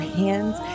hands